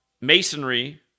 masonry